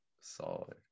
Solid